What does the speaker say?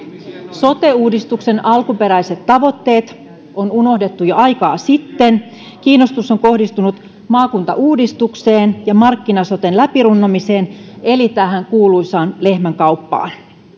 sote uudistuksen alkuperäiset tavoitteet on unohdettu jo aikaa sitten kiinnostus on kohdistunut maakuntauudistukseen ja markkina soten läpirunnomiseen eli tähän kuuluisaan lehmänkauppaan